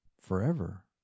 forever